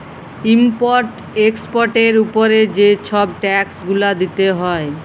import এক্সপর্টের উপরে যে ছব ট্যাক্স গুলা দিতে হ্যয়